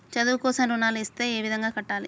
చదువు కోసం రుణాలు ఇస్తే ఏ విధంగా కట్టాలి?